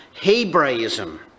Hebraism